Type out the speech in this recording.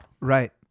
Right